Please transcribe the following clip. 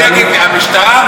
מהמשטרה?